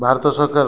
ଭାରତ ସରକାର